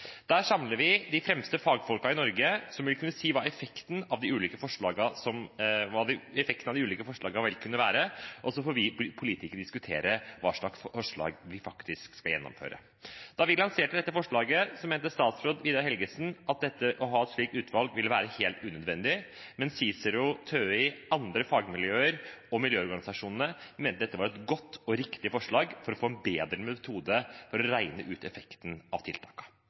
Der samler vi de fremste fagfolkene i Norge, som vil kunne si hva effekten av de ulike forslagene vil kunne være, og så får vi politikere diskutere hvilke forslag vi faktisk skal gjennomføre. Da vi lanserte dette forslaget, mente statsråd Vidar Helgesen at det å ha et slikt utvalg ville være helt unødvendig, mens CICERO, TØI og andre fagmiljøer og miljøorganisasjonene mente dette var et godt og riktig forslag for å få en bedre metode for å regne ut effekten av